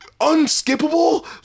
Unskippable